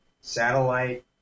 satellite